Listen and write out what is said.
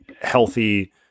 healthy